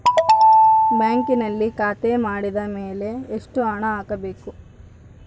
ಬ್ಯಾಂಕಿನಲ್ಲಿ ಖಾತೆ ಮಾಡಿದ ಮೇಲೆ ಎಷ್ಟು ಹಣ ಹಾಕಬೇಕು?